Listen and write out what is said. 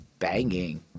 banging